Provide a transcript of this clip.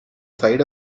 side